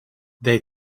they